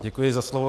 Děkuji za slovo.